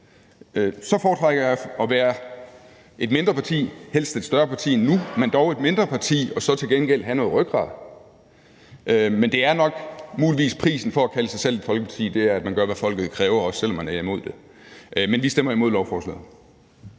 Så foretrækker jeg at være et mindre parti, helst et større parti end nu, men dog et mindre parti og så til gengæld have noget rygrad. Men det er nok muligvis prisen for at kalde sig selv et folkeparti, at man gør, hvad folket kræver, også selv om man er imod det. Men vi stemmer imod lovforslaget.